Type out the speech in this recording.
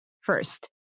First